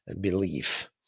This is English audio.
belief